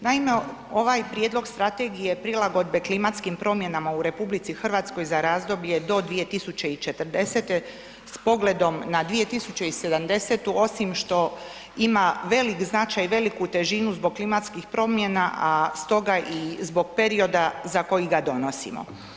Naime, ovaj Prijedlog Strategije prilagodbe klimatskim promjenama u RH za razdoblje do 2040. s pogledom na 2070. osim što ima velik značaj i veliku težinu zbog klimatskih promjena, a stoga i zbog perioda za koji ga donosimo.